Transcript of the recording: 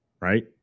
Right